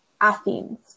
Athens